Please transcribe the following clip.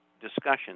discussion